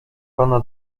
pana